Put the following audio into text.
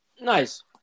Nice